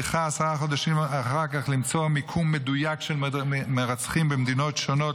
מצליחה עשרה חודשים אחר כך למצוא מיקום מדויק של מרצחים במדינות שונות,